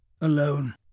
alone